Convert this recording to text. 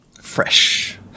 Fresh